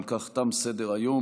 אם כך, תם סדר-היום.